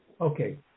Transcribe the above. Okay